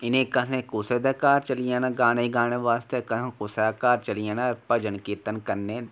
इ'नें कदें कुसै दे घर चली जाना गाने गाने आस्तै कुसै दे घर चली जाना भजन कीर्तन करने गी